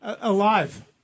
alive